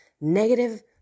negative